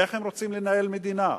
איך הם רוצים לנהל מדינה?